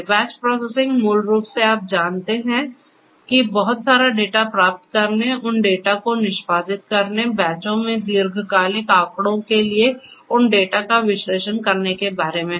batch processing मूल रूप से आप जानते हैं कि बहुत सारा डेटा प्राप्त करने उन डेटा को निष्पादित करने बैचों में दीर्घकालिक आंकड़ों के लिए उन डेटा का विश्लेषण करने के बारे में है